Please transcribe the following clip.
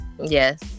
yes